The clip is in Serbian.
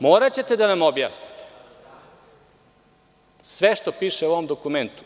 Moraćete da nam objasnite sve što piše u ovom dokumentu.